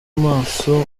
maso